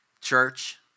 church